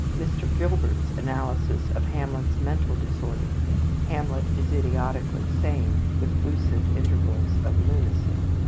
mr. gilbert's analysis of hamlet's mental disorder hamlet is idiotically sane, with lucid intervals of lunacy,